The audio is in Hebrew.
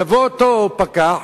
יבוא פקח,